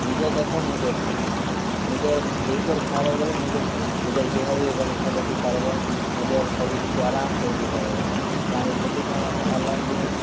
ନିଜେ ଦେଖ ନିଜେ ଖଅ ନିଜେ ଦେଖିକରି ଖାଏବ ବଏଲେ ନିଜ ନିଜର୍ ଦେହ ବି ଭଲ୍ ରଖି ପାର୍ବ ନିଜର୍ ସବୁ କିଛି ଆରାମ୍ସେ ରଖି ପାର୍ବ କାଁଯେ ସେଥିପାଇଁ ଏଖା ଅନ୍ଲାଇନ୍ ଜିନିଷ୍